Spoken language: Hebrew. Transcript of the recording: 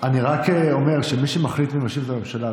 מהממשלה שולחים אותם ועוזרים להם,